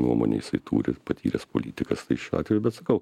nuomonę jisai turi ir patyręs politikas tai šiuo atveju bet sakau